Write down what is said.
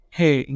hey